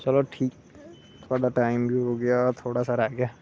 चलो थुआढ़ा टाइम बी हो गया थोहड़ा सा रेह गेआ